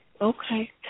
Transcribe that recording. okay